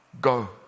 Go